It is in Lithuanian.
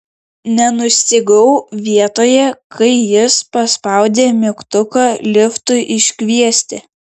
nenustygau vietoje kai jis paspaudė mygtuką liftui iškviesti